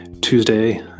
Tuesday